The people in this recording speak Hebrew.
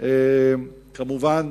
מובן